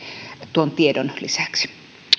tuon tiedon lisäksi